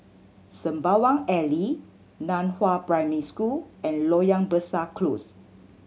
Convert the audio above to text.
Sembawang Alley Nan Hua Primary School and Loyang Besar Close